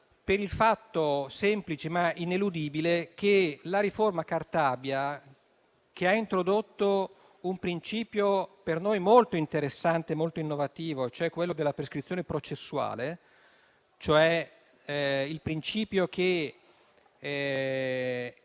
per il fatto, semplice ma ineludibile, che la riforma Cartabia ha introdotto un principio per noi molto interessante, molto innovativo, e cioè quello della prescrizione processuale, ossia che, se